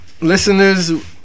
Listeners